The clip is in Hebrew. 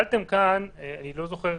אני לא זוכר